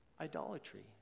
Idolatry